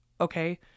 Okay